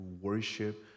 worship